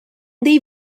dei